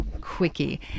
quickie